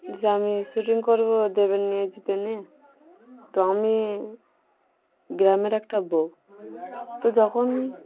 যে আমি শ্যুটিং করব দেবের নিয়ে নিয়ে জিতের নিয়ে তো আমি গ্রামের একটা বউ তো যখন